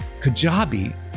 Kajabi